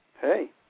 Hey